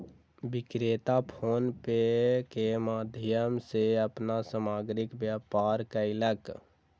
विक्रेता PhonePe के माध्यम सॅ अपन सामग्रीक व्यापार कयलक